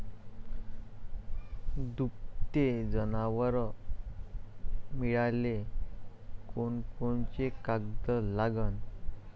दुभते जनावरं मिळाले कोनकोनचे कागद लागन?